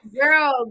girl